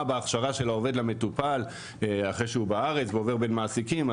בהכשרה של העובד למטופל אחרי שהוא בארץ ועובר בין המעסיקים.